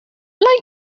like